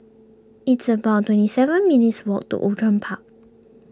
it's about twenty seven minutes' walk to Outram Park